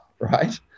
right